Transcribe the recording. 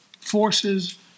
forces